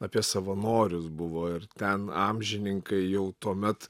apie savanorius buvo ir ten amžininkai jau tuomet